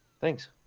Thanks